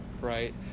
right